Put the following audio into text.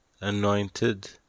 anointed